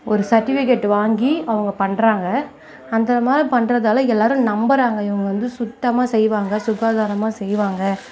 ஒரு சர்டிபிகேட் வாங்கி அவங்க பண்றாங்க அந்தமாதிரி பண்றதால் எல்லோரும் நம்புகிறாங்க இவங்க வந்து சுத்தமாக செய்வாங்க சுகாதாரமாக செய்வாங்க